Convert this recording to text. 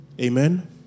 Amen